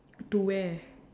to where